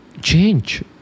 change